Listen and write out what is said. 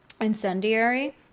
incendiary